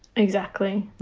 exactly